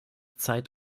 zeit